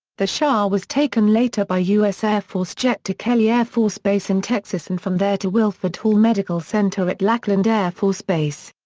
the shah was taken later by u s. air force jet to kelly air force base in texas and from there to wilford hall medical center at lackland air force base.